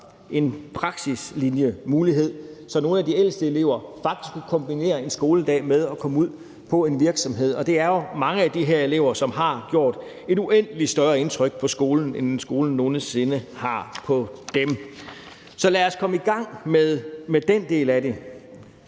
en praksislinje, så nogle af de ældste elever faktisk kunne kombinere en skoledag med at komme ud på en virksomhed. Der er jo mange af de her elever, som har gjort et uendelig større indtryk på skolen, end skolen nogen sinde har gjort på dem. Så lad os komme i gang med den del af det.